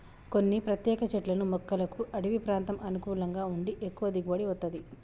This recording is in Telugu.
కొన్ని ప్రత్యేక చెట్లను మొక్కలకు అడివి ప్రాంతం అనుకూలంగా ఉండి ఎక్కువ దిగుబడి వత్తది